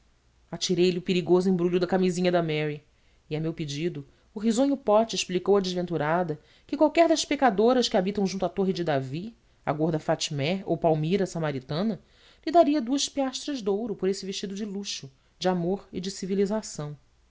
inspiração atirei lhe o perigoso embrulho da camisinha da mary e a meu pedido o risonho pote explicou à desventurada que qualquer das pecadoras que habitam junto à torre de davi a gorda fatmé ou palmira a samaritana lhe daria duas piastras de ouro por esse vestido de luxo de amor e de civilização